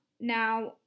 Now